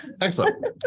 Excellent